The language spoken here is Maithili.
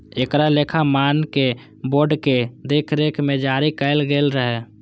एकरा लेखा मानक बोर्ड के देखरेख मे जारी कैल गेल रहै